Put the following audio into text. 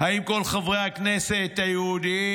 האם כל חברי הכנסת היהודים